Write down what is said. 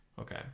Okay